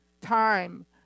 time